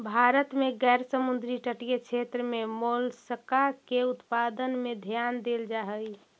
भारत में गैर समुद्र तटीय क्षेत्र में मोलस्का के उत्पादन में ध्यान देल जा हई